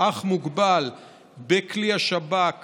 אך מוגבל בכלי השב"כ